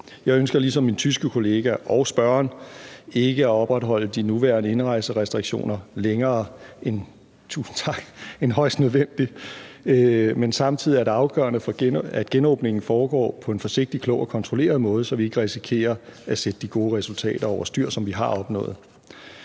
Jeg ønsker ligesom min tyske kollega og spørgeren ikke at opretholde de nuværende indrejserestriktioner længere end højst nødvendigt, men samtidig er det afgørende, at genåbningen foregår på en forsigtig, klog og kontrolleret måde, så vi ikke risikerer at sætte de gode resultater, som vi har opnået,